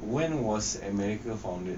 when was america found it